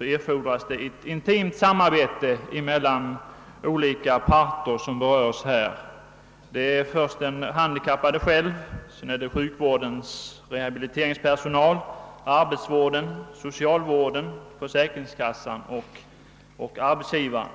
erfordras ett intimt samarbete mellan de olika parter som här berörs, nämligen den handikappade själv, sjukvårdens rehabiliteringspersonal, arbetsvården, socialvården, försäkringskassan och arbetsgivaren.